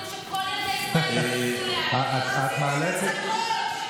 רצינו שכל ילדי ישראל ייחשפו להייטק.